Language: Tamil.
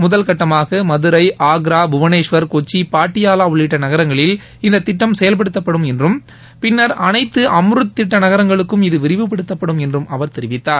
முதல் கட்டமாக மதுரை ஆக்ரா புவனேஷ்வர் கொச்சி பாட்டியாவா உள்ளிட்ட நகரங்களில் இந்தத் திட்டம் செயல்படுத்தப்படும் என்றும் பின்னர் அனைத்து அம்ருத் திட்ட நகரங்களுக்கும் இது விரிவுப்படுத்தப்படும் என்றும் அவர் தெரிவித்தார்